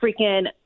freaking